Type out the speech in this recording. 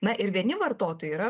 na ir vieni vartotojai yra